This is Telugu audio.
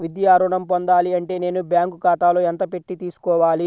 విద్యా ఋణం పొందాలి అంటే నేను బ్యాంకు ఖాతాలో ఎంత పెట్టి తీసుకోవాలి?